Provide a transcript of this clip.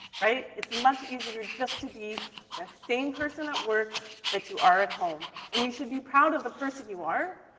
right? it's much easier just to be the same person at work that you are at home. and you should be proud of the person you are.